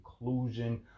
inclusion